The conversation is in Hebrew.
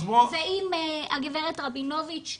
ואם הגב' רבינוביץ,